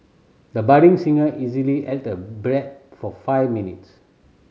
the budding singer easily held the breath for five minutes